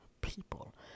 people